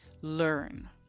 learn